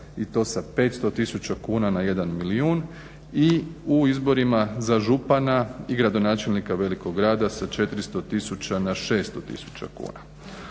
i to sa 500 tisuća kuna na jedan milijun i u izborima za župana i gradonačelnika Velikog grada sa 400 na 600 tisuća kuna.